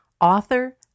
author